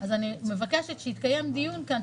אז אני מבקשת שיתקיים דיון כאן,